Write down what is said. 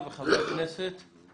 איסור על השתתפות